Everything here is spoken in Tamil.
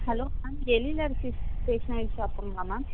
ஹலோ மேம் எழிலரசி ஸ்டேஸ்னரி ஷாப்புங்களா மேம்